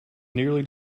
nearly